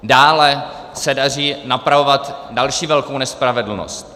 Dále se daří napravovat další velkou nespravedlnost.